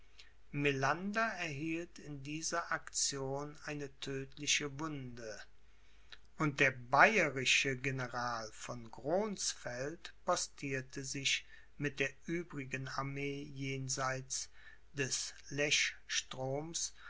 melander erhielt in dieser aktion eine tödtliche wunde und der bayerische general von gronsfeld postierte sich mit der übrigen armee jenseits des